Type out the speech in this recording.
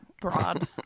broad